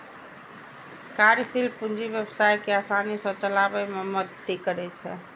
कार्यशील पूंजी व्यवसाय कें आसानी सं चलाबै मे मदति करै छै